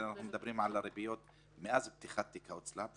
אלא אנחנו מדברים על הריביות מאז פתיחת תיק ההוצאה לפועל.